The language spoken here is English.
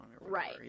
Right